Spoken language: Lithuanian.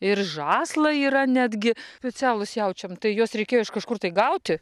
ir žąslai yra netgi socialūs jaučiam tai juos reikėjo iš kažkur tai gauti